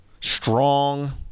strong